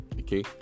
okay